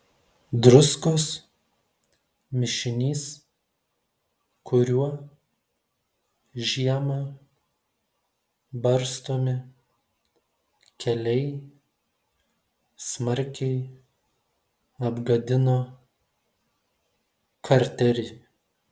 druskos mišinys kuriuo žiemą barstomi keliai smarkiai apgadino karterį